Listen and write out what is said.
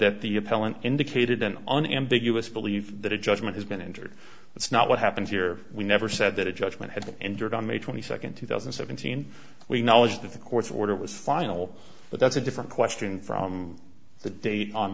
that the appellant indicated an an ambiguous believe that a judgment has been injured that's not what happened here we never said that a judgment had been entered on may twenty second two thousand and seventeen we knowledge that the court's order was final but that's a different question from the date on